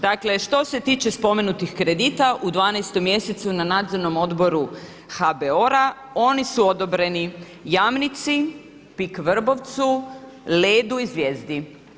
Dakle što se tiče spomenutih kredita u 12 mjesecu na Nadzornom odboru HBOR-a oni su odobreni Jamnici, PIK Vrbovcu, Ledo-u i Zvijezdi.